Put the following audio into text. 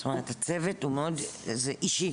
זאת אומרת, הצוות הוא מאוד, זה אישי.